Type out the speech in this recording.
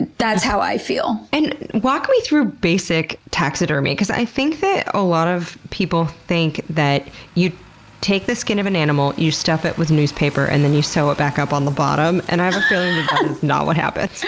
and that's how i feel. and walk me through basic taxidermy. because i think that a lot of people think that you take the skin of an animal, you stuff it with newspaper, and then you sew it back up on the bottom, and i have a feeling that's not what happens.